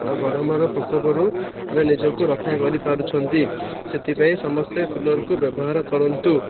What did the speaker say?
ଆଉ ଗରମର ପ୍ରୋକୋପରୁ ଆମେ ନିଜକୁ ରକ୍ଷା କରିପାରୁଛନ୍ତି ସେଥିପାଇଁ ସମସ୍ତେ କୁଲର୍କୁ ବ୍ୟବହାର କରନ୍ତୁ